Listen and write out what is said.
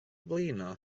blino